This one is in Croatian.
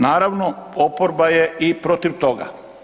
Naravno, oporba je i protiv toga.